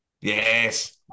Yes